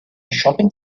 shopping